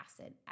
acid